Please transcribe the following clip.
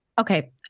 Okay